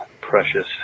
precious